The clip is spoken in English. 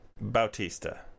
bautista